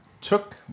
took